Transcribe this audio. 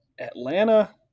Atlanta